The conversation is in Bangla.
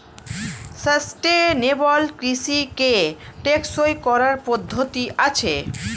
সাস্টেনেবল কৃষিকে টেকসই করার পদ্ধতি আছে